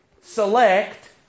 select